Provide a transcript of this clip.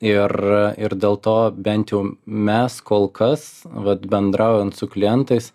ir ir dėl to bent jau mes kol kas vat bendraujant su klientais